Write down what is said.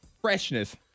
freshness